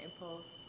impulse